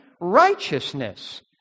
righteousness